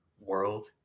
world